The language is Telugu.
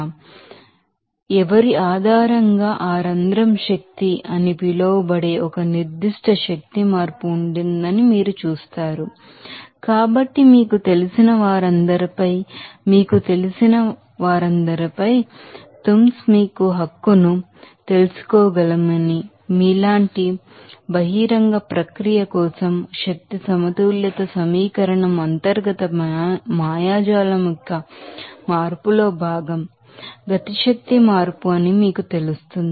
కాబట్టి ఎవరి ఆధారంగా ఆ రంధ్రం శక్తి అని పిలువబడే ఒక నిర్దిష్ట శక్తి మార్పు ఉంటుందని మీరు చూస్తారు కాబట్టి మీకు తెలిసిన వారందరిపై మీకు తెలిసిన వారందరిపై తుమ్స్ మీకు ఆ హక్కును తెలుసుకోగలమని మీలాంటి బహిరంగ ప్రక్రియ కోసం ఎనర్జీ బాలన్స్ ఈక్వేషన్ అంతర్గత మాయాజాలం యొక్క మార్పులో భాగం కైనెటిక్ ఎనెర్జి మార్పు అని మీకు తెలుస్తుంది